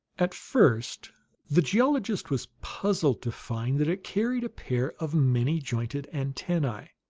at first the geologist was puzzled to find that it carried a pair of many-jointed antennae.